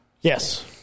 Yes